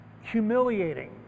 humiliating